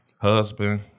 husband